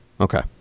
Okay